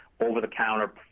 over-the-counter